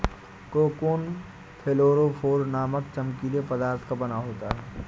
cocoon fluorophore नामक चमकीले पदार्थ का बना होता है